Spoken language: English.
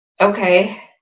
okay